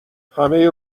همه